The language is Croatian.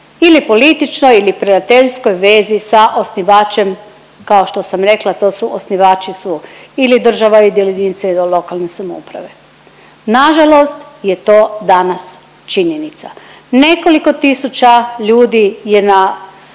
ili političkoj ili prijateljskoj vezi sa osnivačem, kao što sam rekla to su, osnivači su ili država ili jedinice lokalne samouprave. Nažalost je to danas činjenica. Nekoliko tisuća ljudi je na,